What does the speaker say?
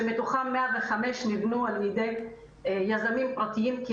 מתוכם 105 נבנו על ידי יזמים פרטיים כי